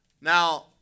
Now